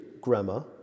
grammar